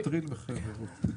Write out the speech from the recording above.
נכון.